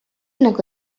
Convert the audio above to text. nagu